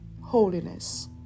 holiness